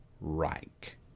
Reich